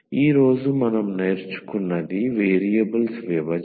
ఈ రోజు మనం నేర్చుకున్నది వేరియబుల్స్ విభజన